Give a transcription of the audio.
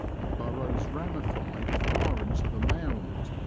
the burrows ramify far into the mound,